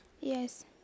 Yes